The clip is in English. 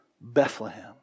Bethlehem